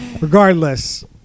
Regardless